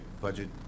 budget